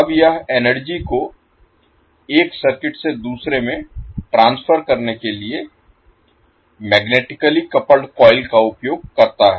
अब यह एनर्जी को एक सर्किट से दूसरे में ट्रांसफर करने के लिए मैग्नेटिकली कपल्ड कॉइल का उपयोग करता है